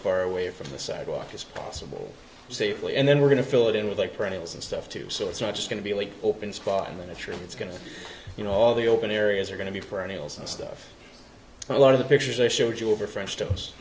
far away from the sidewalk as possible safely and then we're going to fill it in with a perennials and stuff too so it's not just going to be like open spot in the tree it's going to you know all the open areas are going to be for any holes and stuff a lot of the pictures i showed you over french toast